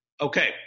Okay